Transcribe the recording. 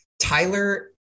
Tyler